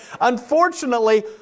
unfortunately